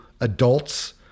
adults